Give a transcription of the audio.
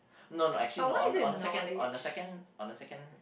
no no actually no on on the second on the second on the second